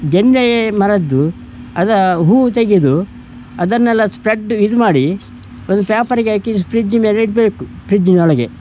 ಗೆಂದೆ ಮರದ್ದು ಅದು ಹೂವು ತೆಗೆದು ಅದನ್ನೆಲ್ಲ ಸ್ಪ್ರೆಡ್ಡು ಇದು ಮಾಡಿ ಒಂದು ಪ್ಯಾಪರಿಗಾಕಿ ಪ್ರಿಜ್ ಮೇಲೆ ಇಡಬೇಕು ಪ್ರಿಜ್ಜಿನೊಳಗೆ